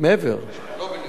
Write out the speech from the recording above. מעבר, לא בניגוד.